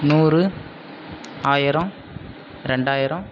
நூறு ஆயிரம் ரெண்டாயிரம்